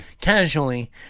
Casually